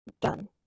done